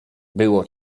było